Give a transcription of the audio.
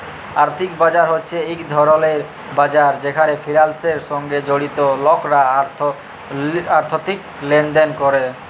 আর্থিক বাজার হছে ইক ধরলের বাজার যেখালে ফিলালসের সঙ্গে জড়িত লকরা আথ্থিক লেলদেল ক্যরে